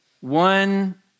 one